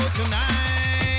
tonight